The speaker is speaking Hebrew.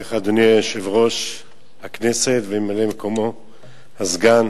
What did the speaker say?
אדוני יושב-ראש הכנסת וממלא-מקומו הסגן,